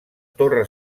torre